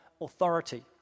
authority